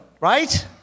Right